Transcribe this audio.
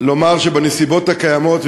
לומר שבנסיבות הקיימות,